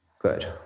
Good